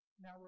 Now